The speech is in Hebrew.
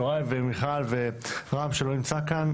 יוראי ומיכל ורם שלא נמצא כאן,